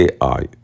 AI